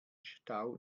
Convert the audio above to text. stau